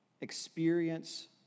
experience